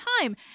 time